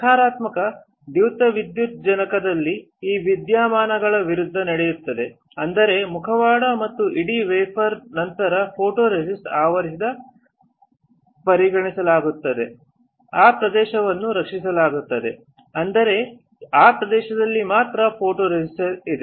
ನಕಾರಾತ್ಮಕ ದ್ಯುತಿವಿದ್ಯುಜ್ಜನಕದಲ್ಲಿ ಈ ವಿದ್ಯಮಾನಗಳ ವಿರುದ್ಧ ನಡೆಯುತ್ತದೆ ಅಂದರೆ ಮುಖವಾಡ ಮತ್ತು ಇಡೀ ವೇಫರ್ ನಂತರ ಫೋಟೋರೆಸಿಸ್ಟ್ ಆವರಿಸಿದ ಪರಿಗಣಿಸುತ್ತಾರೆ ಆ ಪ್ರದೇಶವನ್ನು ರಕ್ಷಿಸಲಾಗುತ್ತದೆ ಅಂದರೆ ಈ ಪ್ರದೇಶದಲ್ಲಿ ಮಾತ್ರ ಫೋಟೊರೆಸಿಸ್ಟ್ ಇದೆ